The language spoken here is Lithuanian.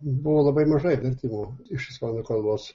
buvo labai mažai vertimų iš ispanų kalbos